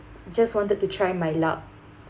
just wanted to try my luck